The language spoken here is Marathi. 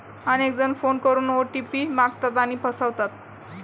अनेक जण फोन करून ओ.टी.पी मागतात आणि फसवतात